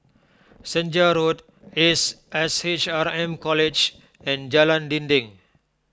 Senja Road Ace S H R M College and Jalan Dinding